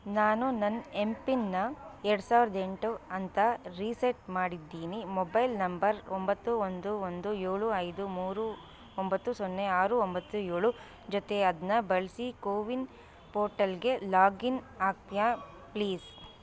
ನಾನು ನನ್ನ ಎಂಪಿನನ್ನ ಎರಡು ಸಾವಿರದ ಎಂಟು ಅಂತ ರೀಸೆಟ್ ಮಾಡಿದ್ದೀನಿ ಮೊಬೈಲ್ ನಂಬರ್ ಒಂಬತ್ತು ಒಂದು ಒಂದು ಏಳು ಐದು ಮೂರು ಒಂಬತ್ತು ಸೊನ್ನೆ ಆರು ಒಂಬತ್ತು ಏಳು ಜೊತೆ ಅದನ್ನ ಬಳಸಿ ಕೋವಿನ್ ಪೋರ್ಟಲ್ಗೆ ಲಾಗಿನ್ ಆಗ್ತೀಯಾ ಪ್ಲೀಸ್